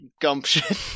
gumption